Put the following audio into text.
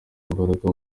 imbaraga